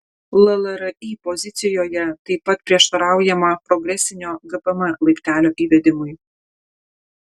llri pozicijoje taip pat prieštaraujama progresinio gpm laiptelio įvedimui